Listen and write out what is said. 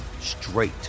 straight